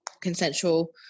consensual